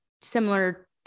similar